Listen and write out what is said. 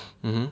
mmhmm